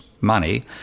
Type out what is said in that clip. money